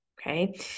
okay